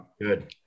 Good